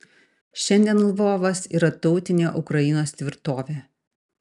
šiandien lvovas yra tautinė ukrainos tvirtovė